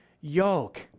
yoke